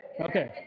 Okay